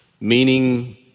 meaning